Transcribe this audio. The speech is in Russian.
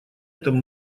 этом